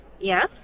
Yes